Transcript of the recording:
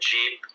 Jeep